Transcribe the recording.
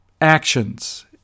actions